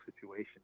situation